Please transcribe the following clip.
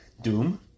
Doom